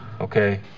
okay